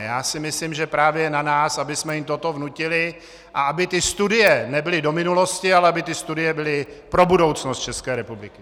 Já si myslím, že je právě na nás, abychom jim toto vnutili a aby ty studie nebyly do minulosti, ale aby ty studie byly pro budoucnost České republiky.